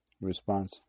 Response